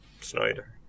Snyder